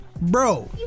Bro